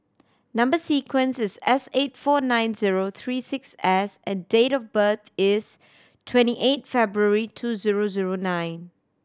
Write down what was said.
number sequence is S eight four nine zero three six S and date of birth is twenty eight February two zero zero nine